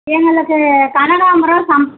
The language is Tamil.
எங்களுக்கு கனகாம்பரம்